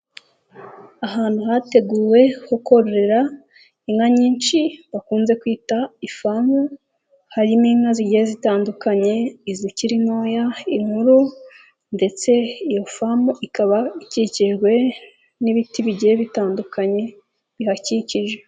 Ahantu hateguwe ho kororera inka nyinshi bakunze kwita ifamu harimo inka zigiye zitandukanye izikiri ntoya, inkuru ndetse iyo famu ikaba ikikijwe n'ibiti bigiye bitandukanye bihakikije.